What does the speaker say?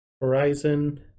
Horizon